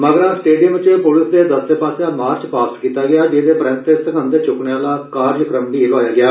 मगरा स्टेडियम च पुलस दे दस्ते पास्सेआ मार्च पास्ट कीता गेआ जेह्दे परैन्त सगंघ चुक्कने आह्ला कार्यक्रम बी लोआया गेआ